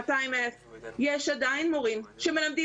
200,000. יש עדיין מורים שמלמדים